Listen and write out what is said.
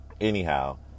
anyhow